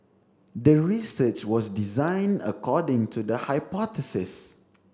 the research was designed according to the hypothesis